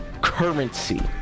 currency